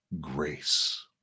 grace